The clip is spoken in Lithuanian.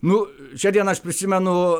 nu šią dieną aš prisimenu